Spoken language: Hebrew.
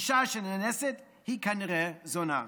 אישה שנאנסת היא כנראה זונה.